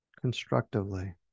constructively